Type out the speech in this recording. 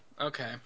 Okay